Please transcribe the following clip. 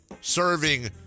serving